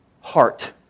heart